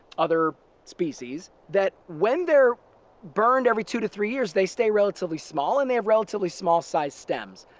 other species that when they're burned every two to three years, they stay relatively small and they have relatively small sized stems.